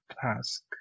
task